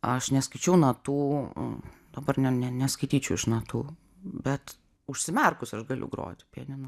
aš neskaičiau natų dabar ne neskaityčiau iš natų bet užsimerkus aš galiu groti pianinu